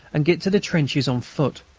and get to the trenches on foot.